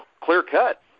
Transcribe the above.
clear-cut